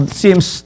seems